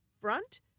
Front